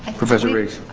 professor riggs.